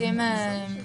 כן.